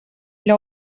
для